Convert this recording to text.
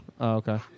Okay